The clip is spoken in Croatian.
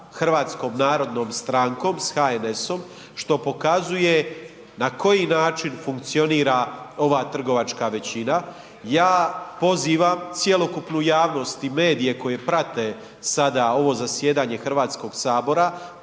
Hrvatskom narodnom strankom, s HNS-om što pokazuje na koji način pokazuje funkcionira ova trgovačka većina. Ja pozivam cjelokupnu javnost i medije koji prate sada ovo zajedanje Hrvatskog sabora